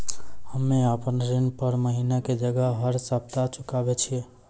हम्मे आपन ऋण हर महीना के जगह हर सप्ताह चुकाबै छिये